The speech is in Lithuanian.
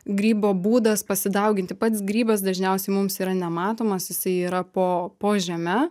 grybo būdas pasidauginti pats grybas dažniausiai mums yra nematomas jisai yra po po žeme